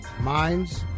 minds